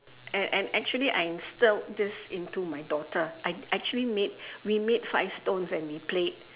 and and actually I instilled this into my daughter I actually made remade five stones and we played